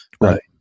Right